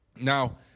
Now